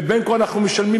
ובין כה וכה אנחנו משלמים,